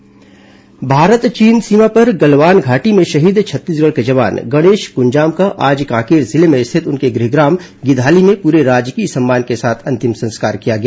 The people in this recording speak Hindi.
शहीद जवान अंतिम संस्कार भारत चीन सीमा पर गलवान घाटी में शहीद छत्तीसगढ़ के जवान गणेश कुंजाम का आज कांकेर जिले में रिथत उनके गृहग्राम गिधाली में प्ररे राजकीय सम्मान के साथ अंतिम संस्कार किया गया